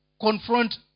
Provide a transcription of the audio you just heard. confront